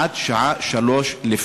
עד שעה 03:00,